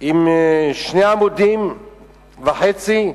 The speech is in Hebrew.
שני עמודים וחצי,